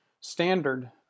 standard